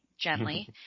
gently